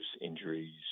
injuries